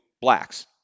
blacks